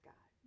God